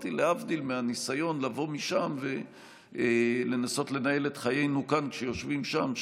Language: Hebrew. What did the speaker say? להבדיל מהניסיון לבוא משם ולנסות לנהל את חיינו כאן כשיושבים שם.